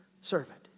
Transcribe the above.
servant